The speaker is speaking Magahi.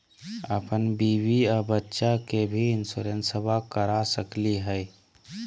अपन बीबी आ बच्चा के भी इंसोरेंसबा करा सकली हय?